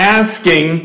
asking